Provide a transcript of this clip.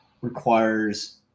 requires